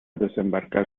desembarcar